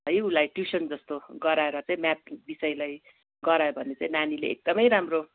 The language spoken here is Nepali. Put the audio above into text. है उसलाई ट्युसन जस्तो गराएर चाहिँ म्याथ विषयलाई गरायो भने चाहिँ नानीले एकदमै राम्रो